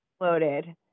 exploded